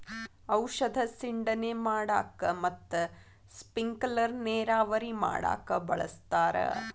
ಔಷದ ಸಿಂಡಣೆ ಮಾಡಾಕ ಮತ್ತ ಸ್ಪಿಂಕಲರ್ ನೇರಾವರಿ ಮಾಡಾಕ ಬಳಸ್ತಾರ